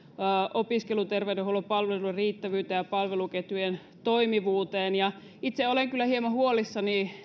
opiskeluterveydenhuollon palveluiden riittävyyteen ja palveluketjujen toimivuuteen itse olen kyllä hieman huolissani